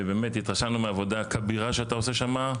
והתרשמנו מהעבודה הכבירה שאתה עושה שם.